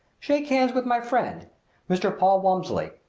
shake hands with my friend mr. paul walmsley,